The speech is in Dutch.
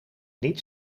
niet